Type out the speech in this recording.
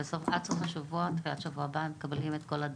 עד סוף השבוע-תחילת שבוע הבא אנחנו מקבלים את כל הדוח.